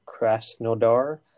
Krasnodar